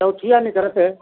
चौथिया निकलत है